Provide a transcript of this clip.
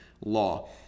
law